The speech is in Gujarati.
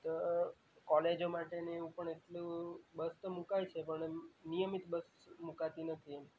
તો કોલેજો માટેને એવું પણ એટલું બસ તો મૂકાય છે પણ એમ નિયમિત બસ મુકાતી નથી એમ